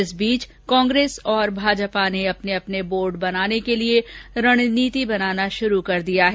इस बीच कांग्रेस और भाजपा ने अपने अपने बोर्ड बनाने के लिये रणनीति बनाना शुरू कर दिया है